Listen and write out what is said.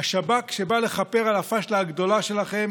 השב"כ שבא לכפר על הפשלה הגדולה שלכם.